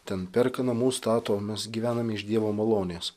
ten perka namus stato o mes gyvename iš dievo malonės